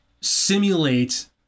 simulate